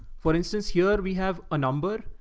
for instance, here we have a number.